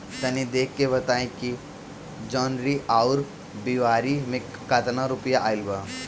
तनी देख के बताई कि जौनरी आउर फेबुयारी में कातना रुपिया आएल बा?